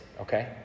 Okay